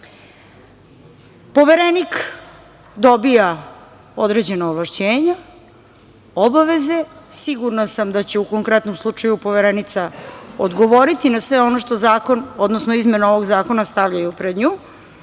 plašiti. Poverenik dobija određena ovlašćena, obaveze. Sigurna sam da će u konkretnom slučaju Poverenica odgovoriti na sve ono što zakon, odnosno izmene ovog zakona stavljaju pred nju,